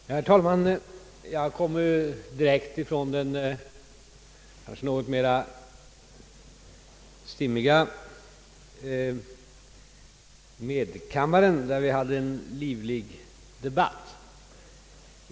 Herr talman! Jag kommer direkt från den kanske något mera stimmiga medkammaren, där vi hade en livlig debatt.